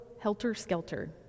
helter-skelter